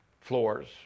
floors